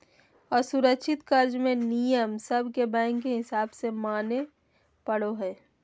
असुरक्षित कर्ज मे नियम सब के बैंक के हिसाब से माने पड़ो हय